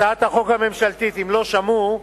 הצעת החוק הממשלתית, אם לא שמעו,